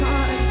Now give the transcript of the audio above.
God